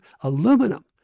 aluminum